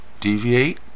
deviate